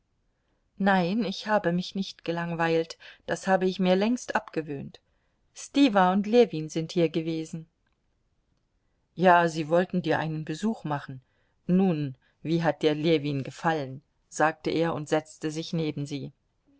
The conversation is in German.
nein ich habe mich nicht gelangweilt das habe ich mir längst abgewöhnt stiwa und ljewin sind hier gewesen ja sie wollten dir einen besuch machen nun wie hat dir ljewin gefallen sagte er und setzte sich neben sie